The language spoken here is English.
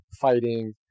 fighting